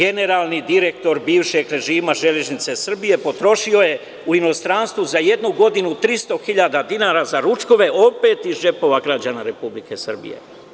Četvrto, generalni direktor bivšeg režima Železnice Srbije potrošio je u inostranstvu za jednu godinu 300.000 dinara za ručkove, opet iz džepova građana Republike Srbije.